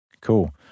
Cool